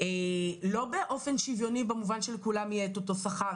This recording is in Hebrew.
לא באופן שוויוני במובן שלכולם יהיה את אותו שכר,